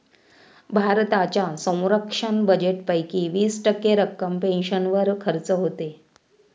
भारताच्या संरक्षण बजेटपैकी वीस टक्के रक्कम पेन्शनवर खर्च होते